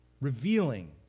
Revealing